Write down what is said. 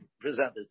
presented